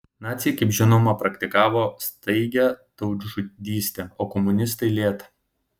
naciai kaip žinoma praktikavo staigią tautžudystę o komunistai lėtą